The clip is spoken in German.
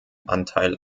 anteil